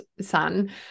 son